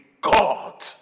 God